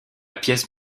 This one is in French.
pièce